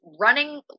running